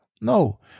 No